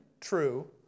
true